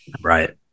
Right